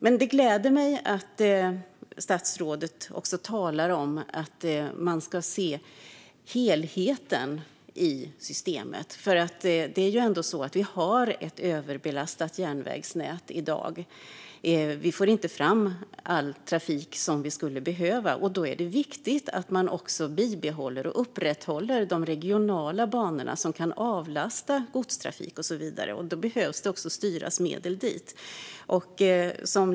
Men det gläder mig att statsrådet talar om att man ska se helheten i systemet, för vi har ett överbelastat järnvägsnät i dag. Vi får inte fram all trafik som vi skulle behöva, och då är det viktigt att man bibehåller och upprätthåller de regionala banorna, som kan avlasta godstrafiken och så vidare. Då behöver det också styras medel dit.